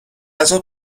غذا